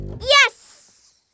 Yes